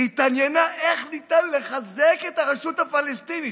היא התעניינה איך ניתן לחזק את הרשות הפלסטינית.